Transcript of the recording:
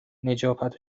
نجابت